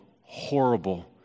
horrible